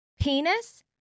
penis